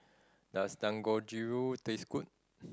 does Dangojiru taste good